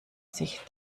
sich